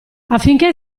affinché